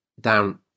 down